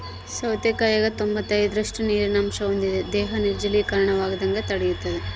ಸೌತೆಕಾಯಾಗ ತೊಂಬತ್ತೈದರಷ್ಟು ನೀರಿನ ಅಂಶ ಹೊಂದಿದೆ ದೇಹ ನಿರ್ಜಲೀಕರಣವಾಗದಂಗ ತಡಿತಾದ